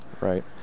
Right